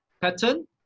pattern